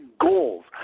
Goals